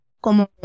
como